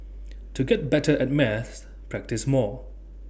to get better at maths practise more